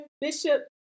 Bishop